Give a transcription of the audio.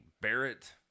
Barrett